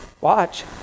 Watch